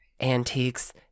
antiques